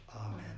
Amen